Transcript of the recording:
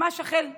ממש החל מינואר.